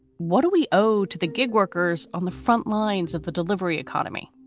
what do we owe to the gig workers on the frontlines of the delivery economy?